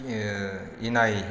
इनाय